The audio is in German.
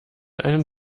einen